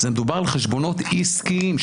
מדובר על חשבונות עסקיים,